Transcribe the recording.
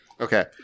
Okay